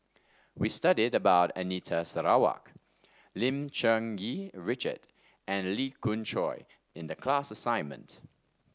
we studied about Anita Sarawak Lim Cherng Yih Richard and Lee Khoon Choy in the class assignment